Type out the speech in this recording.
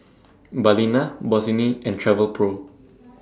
Balina Bossini and Travelpro